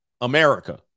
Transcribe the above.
America